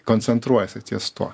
koncentruojasi ties tuo